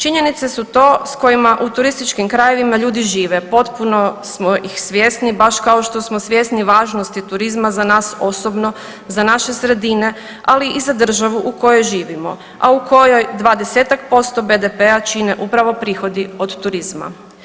Činjenice su to s kojima u turističkim krajevima ljudi žive, potpuno smo ih svjesni baš kao što smo svjesni važnosti turizma za nas osobno, za naše sredine, ali i za državu u kojoj živimo, a u kojoj 20-tak posto BDP-a čine upravo prihodi od turizma.